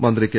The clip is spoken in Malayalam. മന്ത്രി കെ